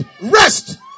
Rest